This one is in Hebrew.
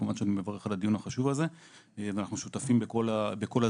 כמובן שאני מברך על הדיון החשוב הזה ואנחנו שותפים בכל ה זירות.